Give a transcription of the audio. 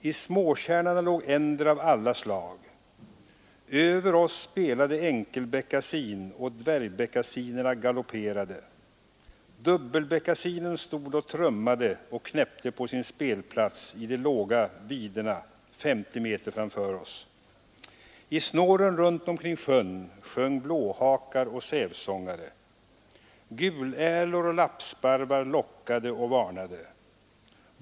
I småtjärnarna låg änder av alla slag. Över oss spelade enkelbeckasin, och dvärgbeckasinerna ”galopperade”. Dubbelbeckasinen stod och trummade och knäppte på sin spelplats i de 223 låga videna femtio meter framför oss. I snåren runt omkring sjön sjöng blåhakar och sävsångare. Gulärlor och lappsparvar lockade och varnade.